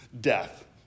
death